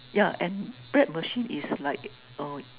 yeah and bread machine is like uh